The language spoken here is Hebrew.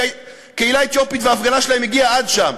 כי הקהילה האתיופית וההפגנה שלהם הגיעו עד שם.